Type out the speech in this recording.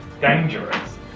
dangerous